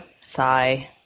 Sigh